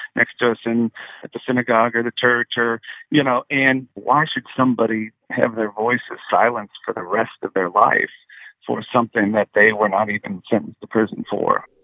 next to us in at the synagogue or the church or you know? and why should somebody have their voices silenced for the rest of their life for something that they were not even sentenced to prison for?